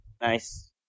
Nice